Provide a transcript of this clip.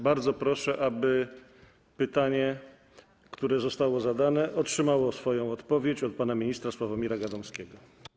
Bardzo proszę, aby pytanie, które zostało zadane, otrzymało odpowiedź od pana ministra Sławomira Gadomskiego.